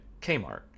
Kmart